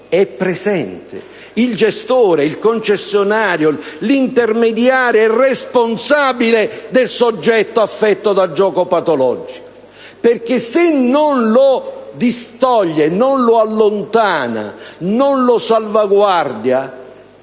figura del gestore, del concessionario, dell'intermediario, del responsabile del soggetto affetto da gioco patologico. Se non lo distoglie, non lo allontana, non lo salvaguarda,